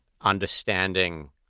understanding